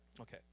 Okay